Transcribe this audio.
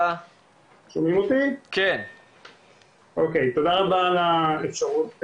חינוך שייעשה להסברה על נזקים של קנאביס,